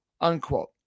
unquote